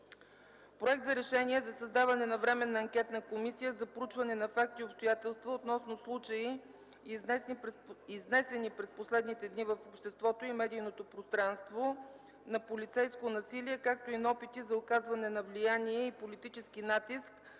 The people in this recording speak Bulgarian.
Проект за решение за създаване на Временна анкетна комисия за проучване на факти и обстоятелства относно случаи, изнесени през последните дни в общественото и медийното пространство, на полицейско насилие, както и на опити за оказване на влияние и политически натиск